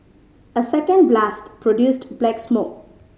a second blast produced black smoke